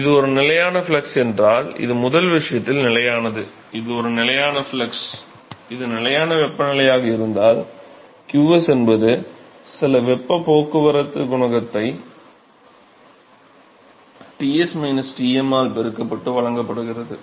இது ஒரு நிலையான ஃப்ளக்ஸ் என்றால் இது முதல் விஷயத்தில் நிலையானது இது ஒரு நிலையான ஃப்ளக்ஸ் இது நிலையான வெப்பநிலையாக இருந்தால் qs என்பது சில வெப்ப போக்குவரத்து குணகத்தை Ts Tm ஆல் பெருக்கப்பட்டு வழங்கப்படுகிறது